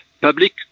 Public